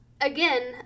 again